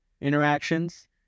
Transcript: interactions